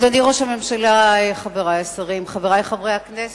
אדוני ראש הממשלה, חברי השרים, חברי חברי הכנסת,